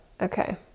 Okay